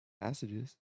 passages